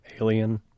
Alien